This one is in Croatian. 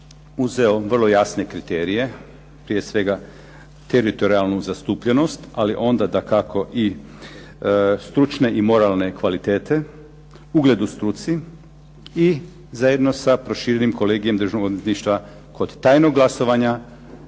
uzeo vrlo jasne kriterije, prije svega teritorijalnu zastupljenost, ali onda dakako i stručne i moralne kvalitete, ugled u struci i zajedno sa proširenim kolegijem Državnog odvjetništva kod tajnog glasovanja